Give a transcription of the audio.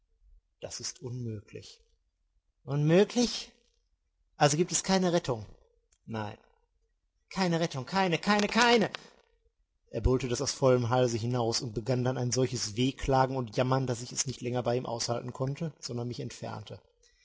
das ist unmöglich unmöglich also gibt es keine rettung nein keine rettung keine keine keine er brüllte das aus vollem halse hinaus und begann dann ein solches wehklagen und jammern daß ich es nicht länger bei ihm aushalten konnte sondern mich entfernte